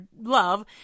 love